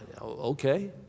okay